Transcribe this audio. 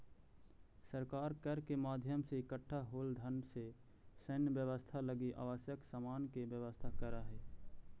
सरकार कर के माध्यम से इकट्ठा होल धन से सैन्य व्यवस्था लगी आवश्यक सामान के व्यवस्था करऽ हई